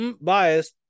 Biased